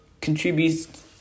contributes